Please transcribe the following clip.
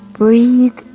breathe